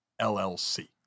LLC